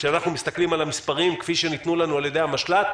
כשאנחנו מסתכלים על המספרים כפי שניתנו לנו על ידי המשל"ט,